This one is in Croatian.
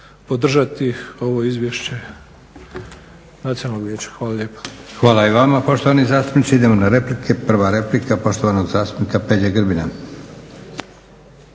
Hvala lijepo. **Leko, Josip (SDP)** Hvala i vama poštovani zastupniče. Idemo na replike. Prva replika poštovanog zastupnika Peđe Grbina.